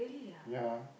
ya